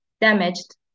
damaged